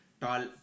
tall